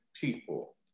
people